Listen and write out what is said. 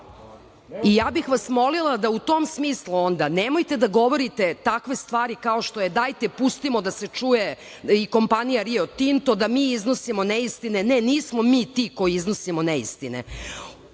i ja bih vas molila da u tom smislu onda nemojte da govorite takve stvari kao što je - dajte pustimo da se čuje i kompanija Rio Tinto, da mi iznosimo neistine. Ne, nismo mi to koji iznosimo neistine. Ovaj